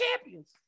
champions